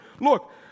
Look